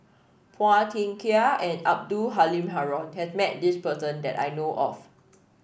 Phua Thin Kiay and Abdul Halim Haron has met this person that I know of